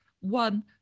one